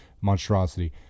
Monstrosity